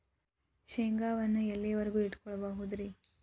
ಶೇಂಗಾವನ್ನು ಎಲ್ಲಿಯವರೆಗೂ ಇಟ್ಟು ಕೊಳ್ಳಬಹುದು ರೇ?